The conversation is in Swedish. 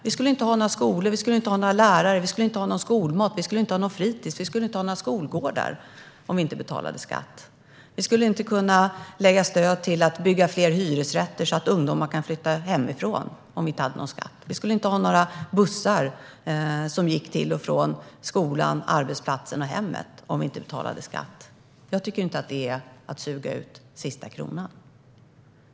Vi skulle inte ha skolor, lärare, skolmat, fritis eller skolgårdar om vi inte betalade skatt. Vi skulle inte kunna ge stöd till att bygga fler hyresrätter så att ungdomar kan flytta hemifrån om vi inte hade någon skatt. Vi skulle inte ha några bussar som går till och från skolan, arbetsplatsen och hemmet om vi inte betalade skatt. Jag tycker inte att detta är att suga ut sista kronan.